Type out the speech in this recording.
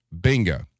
Bingo